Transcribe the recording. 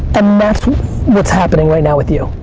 and that's what's happening right now with you.